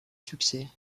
succès